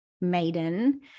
maiden